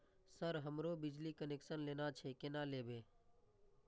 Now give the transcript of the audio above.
Sir हमरो बिजली connection लेना छे केना लेबे?